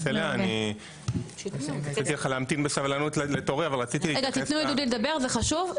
אליה -- רגע תתנו לדודי לדבר זה חשוב,